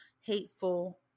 hateful